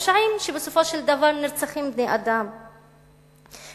ופשעים שבסופו של דבר נרצחים בהם בני-אדם.